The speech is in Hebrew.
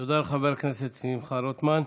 תודה לחבר הכנסת שמחה רוטמן.